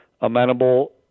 amenable